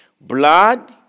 blood